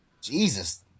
Jesus